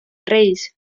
reis